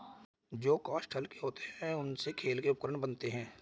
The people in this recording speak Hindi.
जो काष्ठ हल्के होते हैं, उनसे खेल के उपकरण बनते हैं